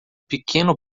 pequeno